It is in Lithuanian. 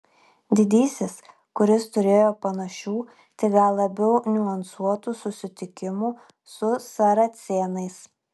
didysis kuris turėjo panašių tik gal labiau niuansuotų susitikimų su saracėnais